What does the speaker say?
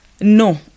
No